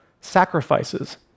sacrifices